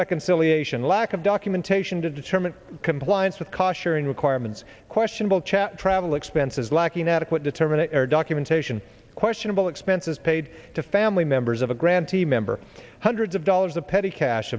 reconciliation lack of documentation to determine compliance akasher and requirements questionable chat travel expenses lacking adequate determinator documentation questionable expenses paid to family members of a grantee member hundreds of dollars a petty cash